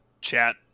chat